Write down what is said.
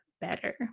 better